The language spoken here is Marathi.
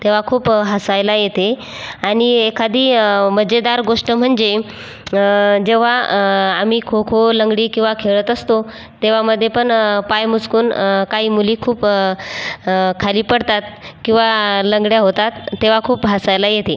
तेव्हा खूप हसायला येते आणि एखादी मजेदार गोष्ट म्हणजे जेव्हा आम्ही खो खो लंगडी किंवा खेळत असतो तेव्हामध्ये पण पाय मुचकून काही मुली खूप खाली पडतात किंवा लंगड्या होतात तेव्हा खूप हसायला येते